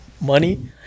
money